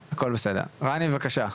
רני, בבקשה.